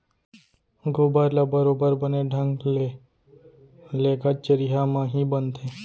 गोबर ल बरोबर बने ढंग ले लेगत चरिहा म ही बनथे